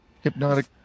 Hypnotic